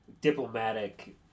diplomatic